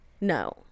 no